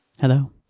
Hello